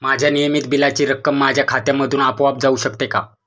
माझ्या नियमित बिलाची रक्कम माझ्या खात्यामधून आपोआप जाऊ शकते का?